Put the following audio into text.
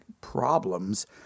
problems